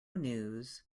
news